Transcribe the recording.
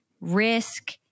risk